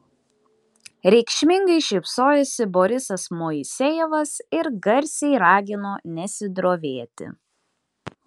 reikšmingai šypsojosi borisas moisejevas ir garsiai ragino nesidrovėti